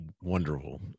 wonderful